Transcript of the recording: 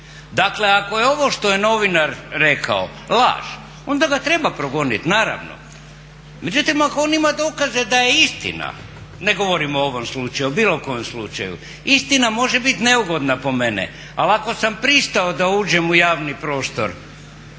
Dakle ako je ovo što je novinar rekao laž onda ga treba progonit naravno, međutim ako on ima dokaze da je istina, ne govorim o ovom slučaju, o bilo kojem slučaju, istina može bit neugodna po mene. Ali ako sam pristao da uđem u javni prostor,